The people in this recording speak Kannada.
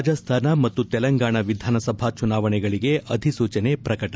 ರಾಜಸ್ತಾನ ಮತ್ತು ತೆಲಂಗಾಣ ವಿಧಾನಸಭಾ ಚುನಾವಣೆಗಳಿಗೆ ಅಧಿಸೂಚನೆ ಪ್ರಕಟ